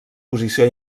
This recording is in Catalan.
posició